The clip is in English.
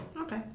Okay